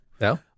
No